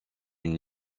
une